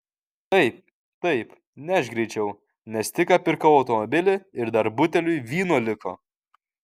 taip taip nešk greičiau nes tik ką pirkau automobilį ir dar buteliui vyno liko